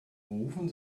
rufen